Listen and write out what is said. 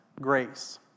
grace